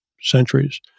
centuries